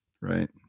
right